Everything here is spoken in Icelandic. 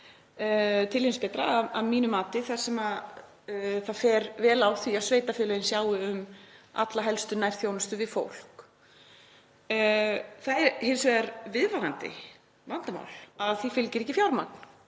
til hins betra þar sem það fer vel á því að sveitarfélögin sjái um alla helstu nærþjónustu við fólk. Það er hins vegar viðvarandi vandamál að því fylgir ekki fjármagn